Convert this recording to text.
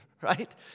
right